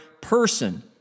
person